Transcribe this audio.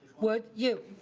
wood? you.